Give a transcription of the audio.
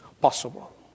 possible